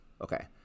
Okay